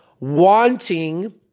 wanting